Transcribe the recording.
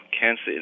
Cancer